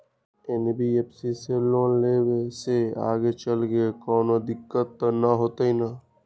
NBFC से loan लेबे से आगेचलके कौनो दिक्कत त न होतई न?